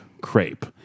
crepe